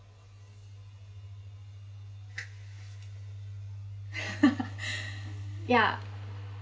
yeah